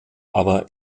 aber